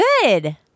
Good